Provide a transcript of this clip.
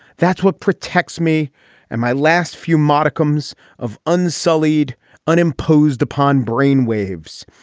that's what protects me and my last few modicum so of unsullied un imposed upon brainwaves.